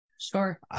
Sure